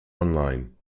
online